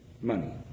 Money